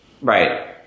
Right